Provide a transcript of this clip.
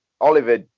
Oliver